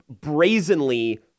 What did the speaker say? brazenly